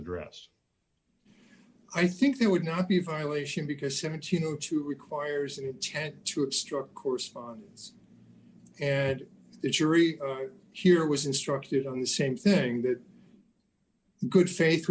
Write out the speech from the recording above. address i think there would not be a violation because seventeen o two requires an intent to obstruct correspondence and the jury here was instructed on the same thing that good faith